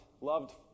loved